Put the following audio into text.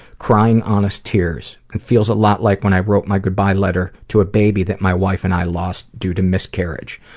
crying honest tears. it feels a lot like when i wrote my goodbye letter to a baby that my wife and i lost due to miscarriage.